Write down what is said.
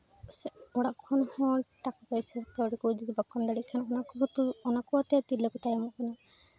ᱚᱲᱟᱜ ᱠᱷᱚᱱ ᱦᱚᱸ ᱴᱟᱠᱟᱼᱯᱚᱭᱥᱟ ᱠᱟᱹᱣᱰᱤ ᱡᱚᱫᱤ ᱵᱟᱠᱚ ᱮᱢ ᱫᱟᱲᱮᱜ ᱠᱷᱟᱱ ᱚᱱᱟ ᱠᱚ ᱛᱮᱦᱚᱸ ᱛᱚ ᱚᱱᱟ ᱠᱚᱛᱮ ᱛᱤᱨᱞᱟᱹ ᱠᱚ ᱛᱟᱭᱚᱢᱚᱜ ᱠᱟᱱᱟ